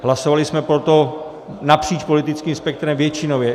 Hlasovali jsme pro to napříč politickým spektrem většinově.